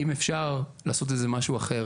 אם אפשר לעשות איזה משהו אחר,